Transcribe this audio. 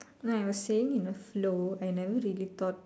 no I was saying in a flow I never really thought